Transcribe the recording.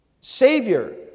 Savior